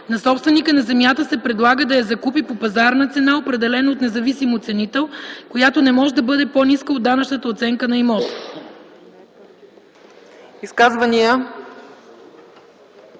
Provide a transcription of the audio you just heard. на собственика на земята се предлага да я закупи по пазарна цена, определена от независим оценител, която не може да бъде по-ниска от данъчната оценка на имота.”